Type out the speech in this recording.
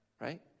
right